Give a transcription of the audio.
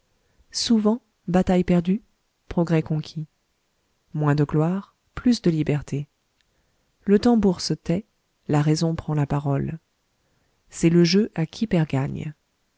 souvent bataille perdue progrès conquis moins de gloire plus de liberté le tambour se tait la raison prend la parole c'est le jeu à qui perd gagne